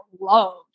loved